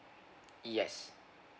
yes